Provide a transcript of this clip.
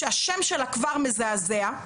שהשם שלה כבר מזעזע,